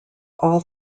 all